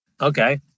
okay